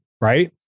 Right